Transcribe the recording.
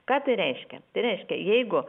ką tai reiškia tai reiškia jeigu